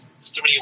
three